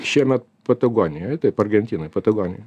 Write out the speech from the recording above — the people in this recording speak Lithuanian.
šiemet patagonijoj taip argentinoj patagonijoj